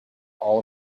all